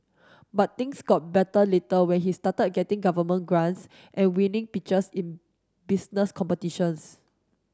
but things got better later when he started getting government grants and winning pitches in business competitions